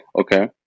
okay